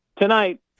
tonight